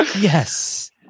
yes